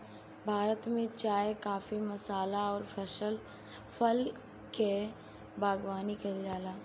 भारत में चाय काफी मसाल अउर फल के बगानी कईल जाला